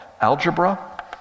algebra